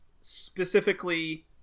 specifically